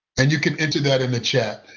and you can enter that in the chat.